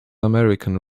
american